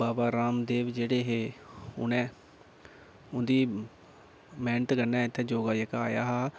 बाबा रामदेव जेह्ड़े हे उ'नें उं'दी मेह्नत कन्नै गै इत्थें योगा जेह्का आया हा